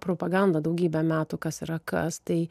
propaganda daugybę metų kas yra kas tai